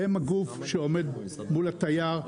הם הגוף שעומד מול התייר,